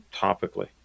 topically